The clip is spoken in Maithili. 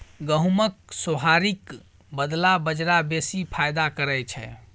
गहुमक सोहारीक बदला बजरा बेसी फायदा करय छै